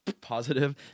positive